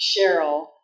Cheryl